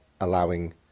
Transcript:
allowing